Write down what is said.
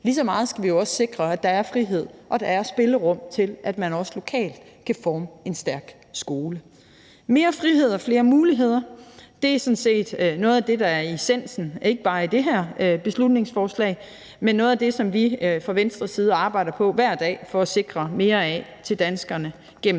sig hen, så skal vi jo sikre, at der er frihed, og at der er et spillerum til, at man også lokalt kan forme en stærk skole. Mere frihed og flere muligheder er sådan set noget af det, der er essensen, ikke bare i det her beslutningsforslag, men det er også noget af det, som vi fra Venstres side arbejder på hver dag for at sikre, at der kommer mere af det til danskerne gennem hele